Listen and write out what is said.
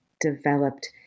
developed